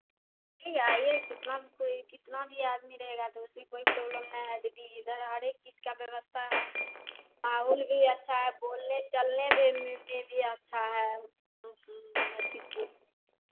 जी आइये कितना कोई कितना भी आदमी रहेगा तो उसकी कोई प्रॉबलम नहीं है अभी हर एक चीज का व्यवस्था है माहौल भी अच्छा है बोलने चलने में में भी अच्छा है